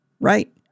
Right